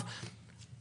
שזה